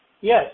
Yes